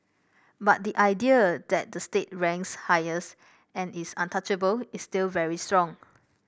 but the idea that the state ranks highest and is untouchable is still very strong